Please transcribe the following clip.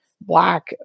Black